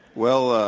well,